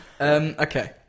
Okay